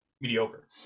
mediocre